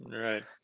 Right